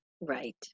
right